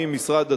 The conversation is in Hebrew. ממשרד התחבורה,